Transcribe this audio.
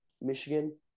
Michigan